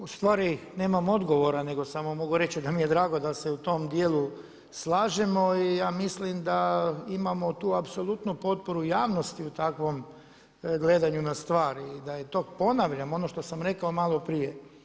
U stvari nemam odgovora, nego samo mogu reći da mi je drago da se u tom dijelu slažemo i ja mislim da imamo tu apsolutnu potporu i javnosti u takvom gledanju na stvar i da to ponavljam ono što sam rekao malo prije.